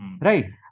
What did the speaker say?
Right